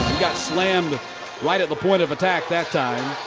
got slammed right at the point of attack that time.